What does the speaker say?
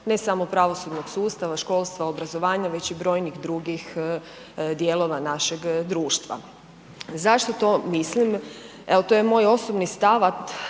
ne samo pravosudnog sustava, školstva, obrazovanja, već i brojnih drugih dijelova našeg društva. Zašto to mislim. Evo, to je moj osobni stav,